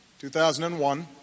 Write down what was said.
2001